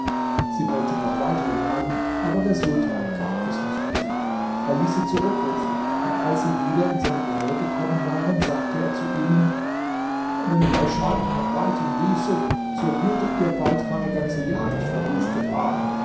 sie wollten noch weiter jagen aber der sultan gab es nicht zu er ließ sie zurückrufen und als sie wieder in seine nähe gekommen waren sagte er zu ihnen wenn ich euch schalten und walten ließe so würdet ihr bald meine ganze jagd verwüstet haben